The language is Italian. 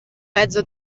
mezzo